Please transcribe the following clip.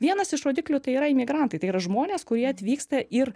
vienas iš rodiklių tai yra imigrantai tai yra žmonės kurie atvyksta ir